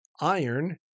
iron